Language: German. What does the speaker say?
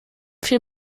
vier